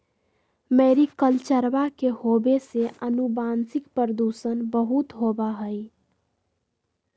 मैरीकल्चरवा के होवे से आनुवंशिक प्रदूषण बहुत होबा हई